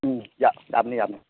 ꯎꯝ ꯌꯥꯕꯅꯤ ꯌꯥꯕꯅꯤ